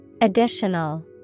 Additional